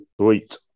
Sweet